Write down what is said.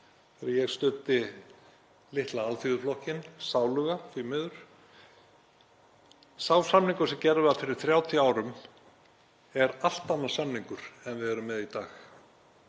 þegar ég studdi litla Alþýðuflokkinn, sáluga því miður, sá samningur sem gerður var fyrir 30 árum er allt annar samningur en við erum með í dag.